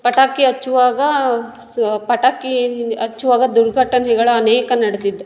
ಪಟಾಕಿ ಹಚ್ಚುವಾಗ ಸ್ ಪಟಾಕೀ ಹಚ್ಚುವಾಗ ದುರ್ಘಟನೆಗಳ ಅನೇಕ ನಡೆದಿದೆ